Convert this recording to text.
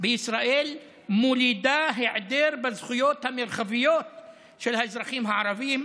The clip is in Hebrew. בישראל מולידים היעדר בזכויות המרחביות של האזרחים הערבים,